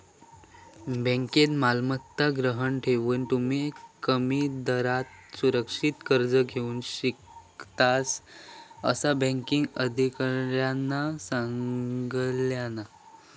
बँकेत मालमत्ता गहाण ठेवान, तुम्ही कमी दरात सुरक्षित कर्ज घेऊ शकतास, असा बँक अधिकाऱ्यानं सांगल्यान